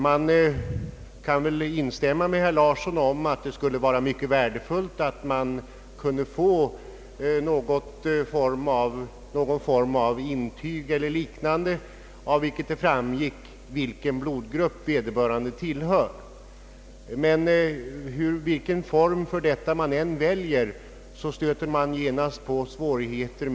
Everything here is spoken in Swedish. Man kan väl hålla med herr Larsson om att det skulle vara mycket värdefullt med ett intyg eller liknande, av vilket det framgick vilken blodgrupp vederbörande tillhör. Men vilken form man än väljer för ett sådant intyg, stöter man genast på svårigheter.